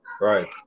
right